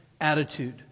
attitude